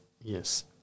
Yes